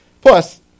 Plus